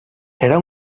era